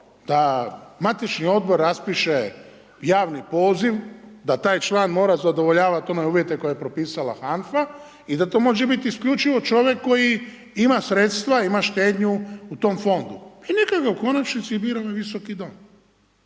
da matični odbor raspiše javni poziv da taj član mora zadovoljavati one uvjete koje je propisala HANFA i da to može biti isključivo čovjek koji ima sredstva, ima štednju u tom fondu i neka ga u konačnici bira ovaj Visoki dom.